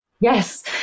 Yes